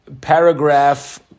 paragraph